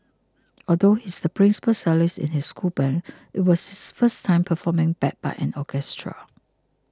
although he is the principal cellist in his school band it was his first time performing backed by an orchestra